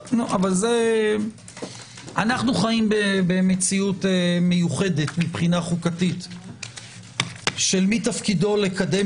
אבל אנחנו חיים במציאות מיוחדת מבחינה חוקתית של מי תפקידו לקדם